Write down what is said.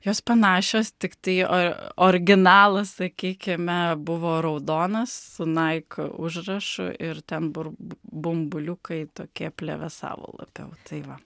jos panašios tiktai originalas sakykime buvo raudonas su naik užrašu ir ten bur bumbuliukai tokie plevėsavo labiau tai va